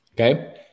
okay